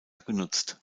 genutzt